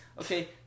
Okay